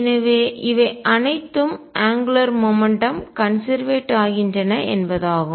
எனவே இவை அனைத்தும் அங்குலார் மொமெண்ட்டம் கோண உந்தம் கன்செர்வேட் ஆகின்றன என்பதாகும்